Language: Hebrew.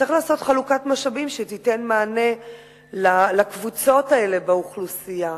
צריך לעשות חלוקת משאבים שתיתן מענה לקבוצות האלה באוכלוסייה.